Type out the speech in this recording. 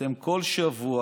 אתם כל שבוע,